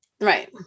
Right